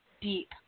Deep